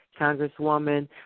Congresswoman